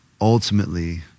ultimately